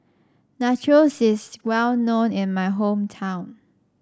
Nachos is well known in my hometown